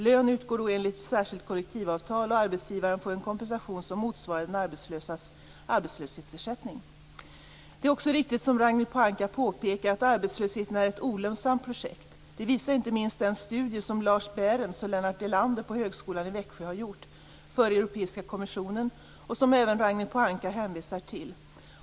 Lön utgår då enligt särskilt kollektivavtal, och arbetsgivaren får en kompensation som motsvarar den arbetslöses arbetslöshetsersättning. Det är också riktigt som Ragnhild Pohanka påpekar att arbetslösheten är ett olönsamt projekt. Det visar inte minst den studie som Lars Behrenz och Lennart Delander på högskolan i Växjö har gjort åt Europeiska kommissionen och som även Ragnhild Pohanka hänvisar till.